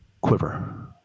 quiver